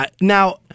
Now